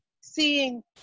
seeing